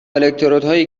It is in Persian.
الکترودهایی